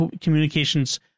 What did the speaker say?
communications